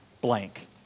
blank